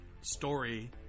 story